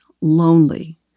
lonely